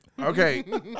Okay